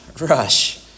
rush